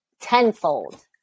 tenfold